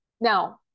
now